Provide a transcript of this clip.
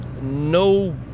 no